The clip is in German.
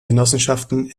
genossenschaften